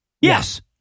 Yes